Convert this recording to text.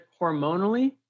hormonally